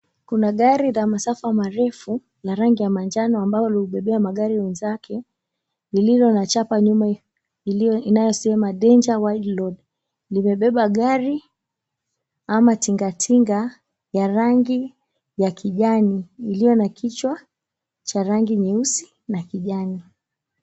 Kuna gari la masafa marefu la rangi ya manjano ambao uliubebea magari wenzake lililo na chapa nyuma inayosema, 'Danger Wide Load.' Limebeba gari ama tingatinga ya rangi ya kijani iliyo na kichwa cha rangi nyeusi na kijani.